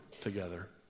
together